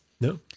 no